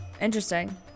Interesting